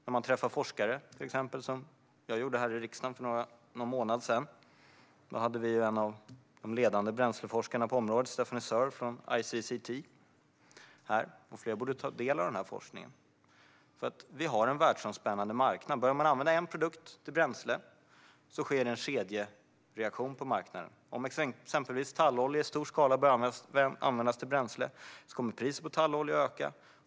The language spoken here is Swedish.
Jag träffade till exempel en forskare här i riksdagen för någon månad sedan. Då var en av de ledande bränsleforskarna på området här: Stephanie Searle från ICCT. Fler borde ta del av denna forskning. Vi har en världsomspännande marknad. Börjar man använda en produkt till bränsle sker det en kedjereaktion på marknaden. Om exempelvis tallolja i stor skala börjar användas till bränsle kommer priset på tallolja att öka.